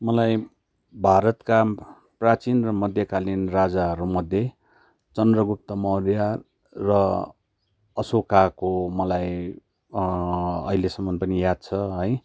मलाई भारतका प्राचीन र मध्यकालीन राजाहरूमध्ये चन्द्रगुप्त मौर्य र अशोकाको मलाई अहिलेसम्म पनि याद छ है